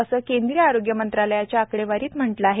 असं केंद्रीय आरोग्य मंत्रालयाच्या आकडेवारीत म्हटलं आहे